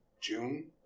June